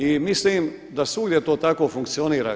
I mislim da svugdje to tako funkcionira.